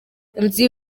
nzi